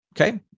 Okay